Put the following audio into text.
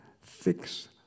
Fix